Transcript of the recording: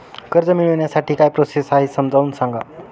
कर्ज मिळविण्यासाठी काय प्रोसेस आहे समजावून सांगा